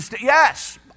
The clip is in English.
Yes